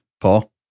Paul